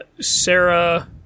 Sarah